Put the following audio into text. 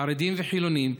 חרדים וחילונים,